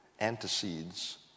antecedes